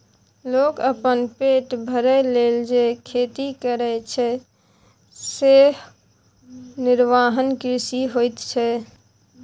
लोक अपन पेट भरय लेल जे खेती करय छै सेएह निर्वाह कृषि होइत छै